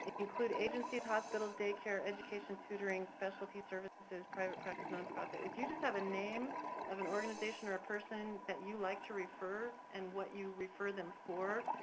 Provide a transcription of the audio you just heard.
include agencies, hospital, daycare, education, tutoring, specialty services, private practice, nonprofit. if you just have a name of an organization or a person that you like to refer and what you refer them for,